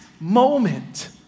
moment